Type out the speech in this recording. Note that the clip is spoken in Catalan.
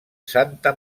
santa